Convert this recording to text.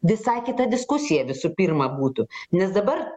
visai kita diskusija visų pirma būtų nes dabar